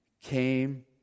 came